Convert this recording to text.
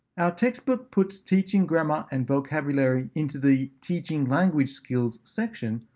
our textbook puts teaching grammar and vocabulary into the teaching language skills section,